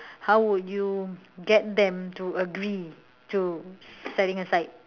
how would you get them to agree to setting aside